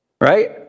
Right